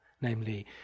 namely